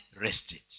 rested